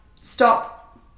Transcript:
stop